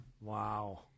wow